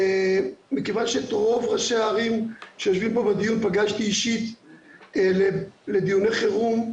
מכיוון שאת רוב ראשי הערים שיושבים פה בדיון פגשתי אישית לדיוני חירום,